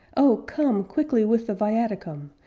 oh, come! quickly with the viaticum!